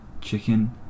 chicken